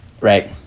Right